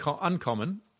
uncommon